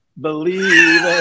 believe